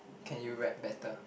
can you rap better